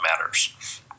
matters